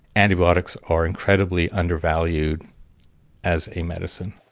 antibiotics are incredibly undervalued as a medicine.